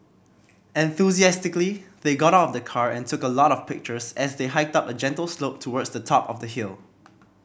enthusiastically they got out of the car and took a lot of pictures as they hiked up a gentle slope towards the top of the hill